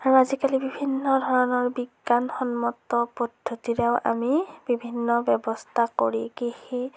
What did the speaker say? আৰু আজিকালি বিভিন্ন ধৰণৰ বিজ্ঞানসন্মত পদ্ধতিৰে বিভিন্ন ব্যৱস্থা কৰি কৃষি